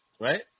right